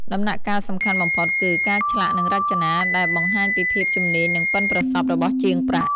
ដំណាក់កាលសំខាន់បំផុតគឺ ការឆ្លាក់និងរចនា ដែលបង្ហាញពីភាពជំនាញ និងប៉ិនប្រសប់របស់ជាងប្រាក់។